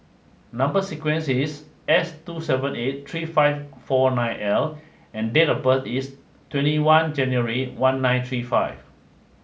number sequence is S two seven eight three five four nine L and date of birth is twenty one January one nine three five